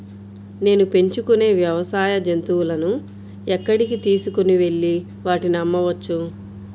నేను పెంచుకొనే వ్యవసాయ జంతువులను ఎక్కడికి తీసుకొనివెళ్ళి వాటిని అమ్మవచ్చు?